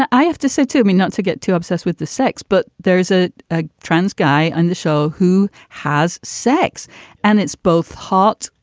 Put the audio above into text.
i have to say to me not to get too obsessed with the sex, but there is ah a trans guy on the show who has sex and it's both hot.